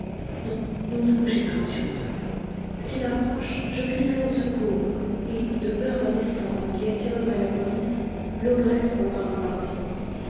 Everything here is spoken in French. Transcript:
non non ne bougez pas monsieur rodolphe s'il approche je crierai au secours et de peur d'un esclandre qui attirerait la police l'ogresse prendra mon parti